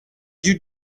you